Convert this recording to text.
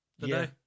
today